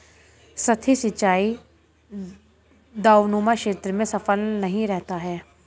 सतही सिंचाई ढवाऊनुमा क्षेत्र में सफल नहीं रहता है